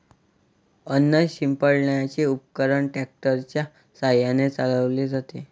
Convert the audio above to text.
अन्न शिंपडण्याचे उपकरण ट्रॅक्टर च्या साहाय्याने चालवले जाते